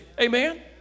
Amen